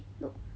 no